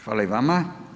Hvala i vama.